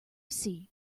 see